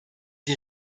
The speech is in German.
die